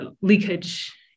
leakage